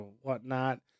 whatnot